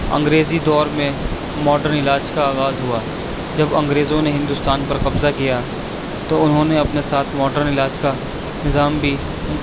انگریزی دور میں ماڈرن علاج کا آغاز ہوا جب انگریزوں نے ہندوستان پر قبضہ کیا تو انہوں نے اپنے ساتھ ماڈرن علاج کا نظام بھی